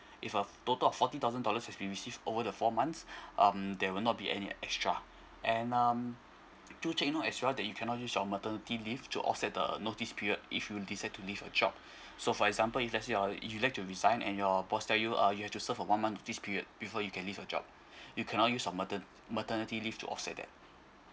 if a total of forty thousand dollars has been received over the four months um there will not be any extra and um do take note extra that you cannot use your maternity leave to offset the notice period if you decide to leave the job so for example if let's say your uh if you like to resign and your boss tell you uh you need to serve for one month notice period before you can leave the job you cannot use your mater~ maternity leave to offset that